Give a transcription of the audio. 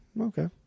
okay